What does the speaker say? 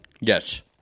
Yes